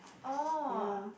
oh